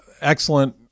excellent